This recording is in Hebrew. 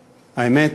האמת,